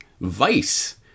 Vice